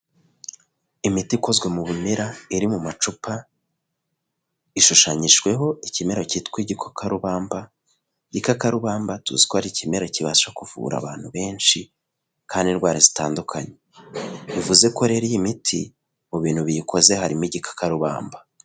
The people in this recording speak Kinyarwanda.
Imiti ikozwe mu bimera iri mu macupa ishushanyijweho ikimero cyitwa igikakarubambaka, igikakarubamba tuzi ko ari ikimera kibasha kuvura abantu benshi kandi indwara zitandukanye. Bivuze ko rero iyi miti mu bintu biyikoze harimo igikakarubamba.